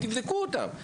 תבדקו אותם.